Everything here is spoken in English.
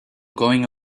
going